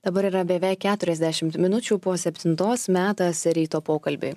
dabar yra beveik keturiasdešimt minučių po septintos metas ryto pokalbiui